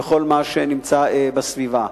וכל מה שנמצא בסביבה.